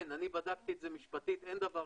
אני בדקתי את זה משפטית, אין דבר כזה.